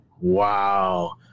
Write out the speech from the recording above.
wow